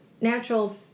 natural